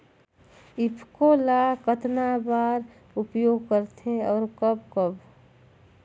ईफको ल कतना बर उपयोग करथे और कब कब?